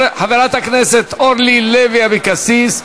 חברת הכנסת אורלי לוי אבקסיס,